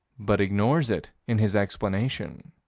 but ignores it in his explanation.